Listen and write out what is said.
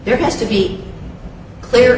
there has to be a clear